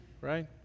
right